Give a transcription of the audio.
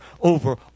over